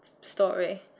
story